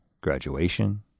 graduation